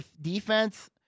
defense